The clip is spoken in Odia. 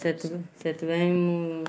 ସେଥି ସେଥିପାଇଁ ମୁଁ